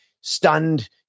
stunned